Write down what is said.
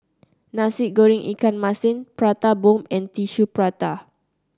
Nasi Goreng Ikan Masin Prata Bomb and Tissue Prata